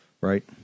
right